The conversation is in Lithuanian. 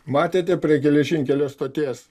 matėte prie geležinkelio stoties